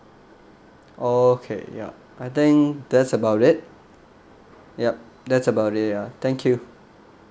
okay ya I think that's about it yup that's about it ya thank you